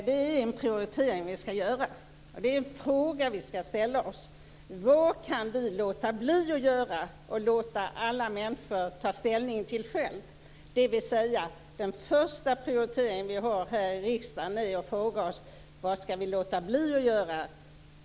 Herr talman! Det är en prioritering vi skall göra. Det är en fråga vi skall ställa oss: Vad kan vi låta bli att göra och låta alla människor ta ställning till själva? Den första prioriteringen vi har här i riksdagen är alltså att fråga oss: Vad skall vi låta bli att göra?